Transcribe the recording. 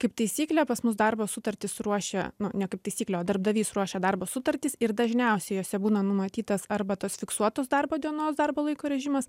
kaip taisyklė pas mus darbo sutartis ruošia ne kaip taisyklė o darbdavys ruošia darbo sutartis ir dažniausiai jose būna numatytas arba tos fiksuotos darbo dienos darbo laiko režimas